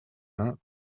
pins